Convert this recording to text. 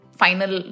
final